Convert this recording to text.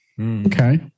Okay